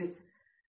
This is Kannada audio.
ಪ್ರೊಫೆಸರ್